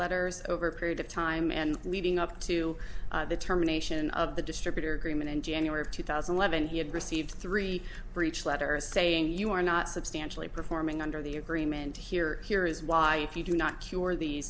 letters over a period of time and leading up to the terminations of the distributor agreement in january of two thousand and seven he had received three breach letters saying you are not substantially performing under the agreement here here is why if you do not cure the